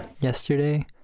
Yesterday